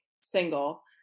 single